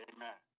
Amen